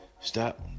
Stop